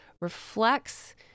reflects